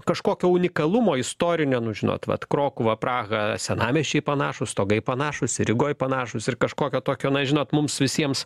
kažkokio unikalumo istorinio nu žinot vat krokuva praha senamiesčiai panašūs stogai panašūs ir rygoj panašūs ir kažkokio tokio na žinot mums visiems